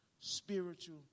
spiritual